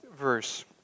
verse